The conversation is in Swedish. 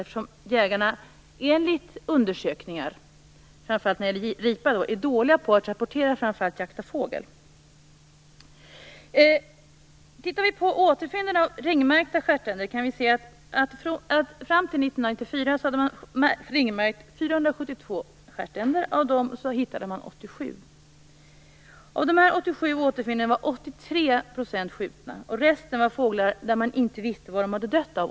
Undersökningar visar nämligen att jägarna är dåliga på att rapportera jakt av fågel, framför allt ripa. Om vi tittar på återfynden av ringmärkta stjärtänder kan vi se att man fram till 1994 hade ringmärkt 472 stjärtänder och att man hittade 87 av dem. Av dessa 87 återfynd var 83 % skjutna, och resten var fåglar som man inte visste vad de hade dött av.